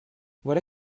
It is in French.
voilà